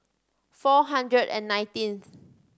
four hundred and nineteenth